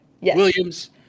Williams